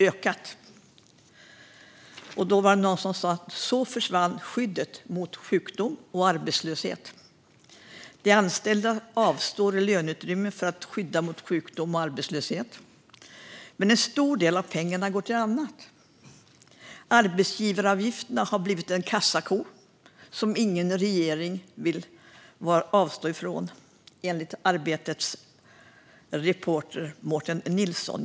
Det var någon som sa att så försvann skyddet vid sjukdom och arbetslöshet. De anställda avstår löneutrymme för att skydda sig vid sjukdom och arbetslöshet, men en stor del av pengarna går till annat. Arbetsgivaravgifterna har blivit en kassako som ingen regering vill avstå ifrån, enligt en analys av Arbetets reporter Mårten Nilsson.